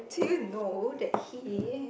do you know that he